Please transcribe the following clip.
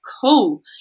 cool